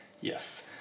Yes